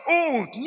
old